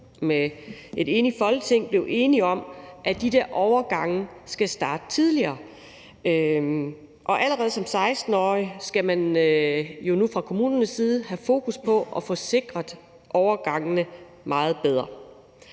– tilbage i 2020 blev enige om, at den der overgang skal starte tidligere. Allerede når borgeren er 16 år, skal man jo nu fra kommunernes side have fokus på at få sikret overgangen meget bedre.